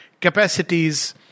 capacities